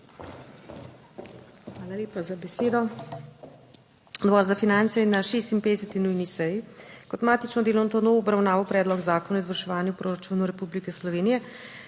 Hvala lepa za besedo. Odbor za finance je na 56. nujni seji kot matično delovno telo obravnaval Predlog zakona o izvrševanju proračunov Republike Slovenije